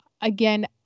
again